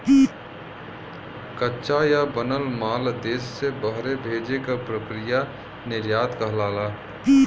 कच्चा या बनल माल देश से बहरे भेजे क प्रक्रिया निर्यात कहलाला